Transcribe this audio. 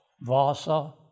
Vasa